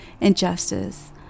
Injustice